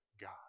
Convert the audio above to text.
God